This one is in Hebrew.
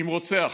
עם רוצח.